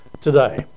today